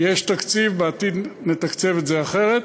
יש תקציב, בעתיד נתקצב את זה אחרת.